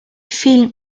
film